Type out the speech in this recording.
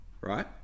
right